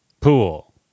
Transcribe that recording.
Pool